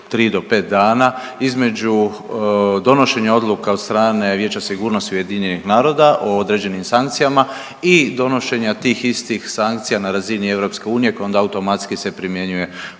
3 do 5 dana između donošenja odluka od strane Vijeća sigurnosti UN-a o određenim sankcijama i donošenja tih istih sankcija na razini EU koji onda automatski se primjenjuje,